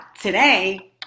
today